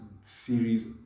series